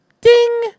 ding